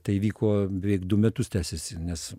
tai vyko beveik du metus tęsėsi nes